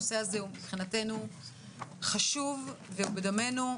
הנושא הזה חשוב ובדמנו,